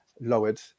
lowered